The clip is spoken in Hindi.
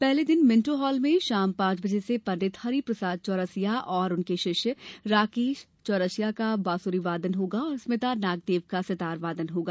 पहले दिन मिंटों हाल में शाम पांच बजे से पंडित हरिप्रसाद चौरसिया और उनके शिष्य राकेश चौरसिया का बांसुरी वादन होगा और स्मिता नागदेव का सितार वादन होगा